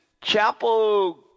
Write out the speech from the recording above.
Chapel